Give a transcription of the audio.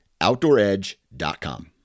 OutdoorEdge.com